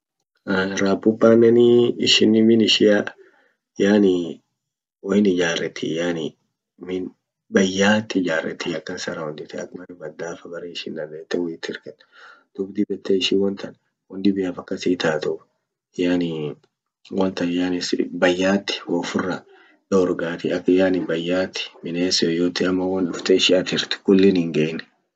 Rapupanenii ishin min ishia yani woyin ijareti yani min bayyat ijaretti akan sorround diite ak bere baddafa bere ishin dandette woit hirket. duub dib yette ishin wontan wondibiaf akas hiitatuu yani wontan bayyat wo ufira dorgatia ak yani bayyat bines yeyote ama wondufte ishi atirt kullin hingein.